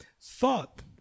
thought